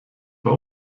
bei